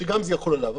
שגם זה יחול עליו.